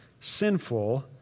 sinful